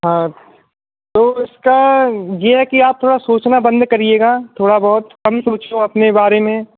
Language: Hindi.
हाँ तो उसका ये है कि आप थोड़ा सोचना बंद करिएगा थोड़ा बहुत कम सोंचो अपने बारे में